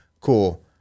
cool